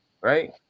right